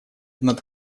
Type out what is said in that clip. над